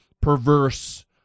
perverse